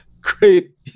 great